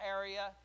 area